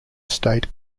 state